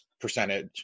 percentage